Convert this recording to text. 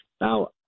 Now